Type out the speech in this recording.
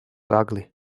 ugly